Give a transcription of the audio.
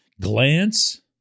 glance